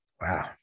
Wow